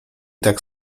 tak